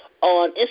on